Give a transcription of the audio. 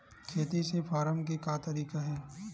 खेती से फारम के का तरीका हे?